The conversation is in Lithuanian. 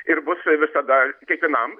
ir bus visada kiekvienam